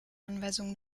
anweisungen